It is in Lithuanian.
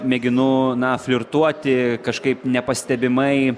mėginu na flirtuoti kažkaip nepastebimai